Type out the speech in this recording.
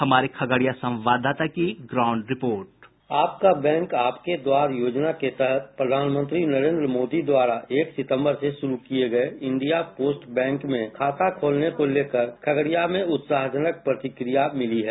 हमारे खगड़िया संवाददाता की ग्राउंड रिपोर्ट बाईट संवाददाता आपका बैंक आपके द्वार योजना के तहत प्रधानमंत्री नरेंद्र मोदी द्वारा एक सितम्बर से शुरु किये गये इंडिया पोस्ट बैंक में खाता खोलने को लेकर खगड़िया में उत्साहवर्धक प्रतिक्रिया मिली है